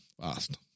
fast